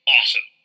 Awesome